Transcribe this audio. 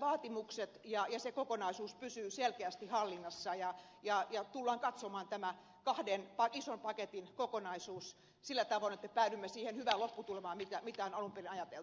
vaatimukset ja se kokonaisuus pysyvät selkeästi hallinnassa ja tullaan katsomaan tämä kahden ison paketin kokonaisuus sillä tavoin että päädymme siihen hyvään lopputulemaan mitä on alun perin ajateltu